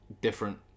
different